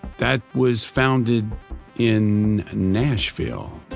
that was founded in nashville.